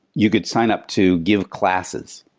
you could sign up to give classes.